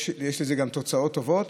יש לזה גם תוצאות טובות.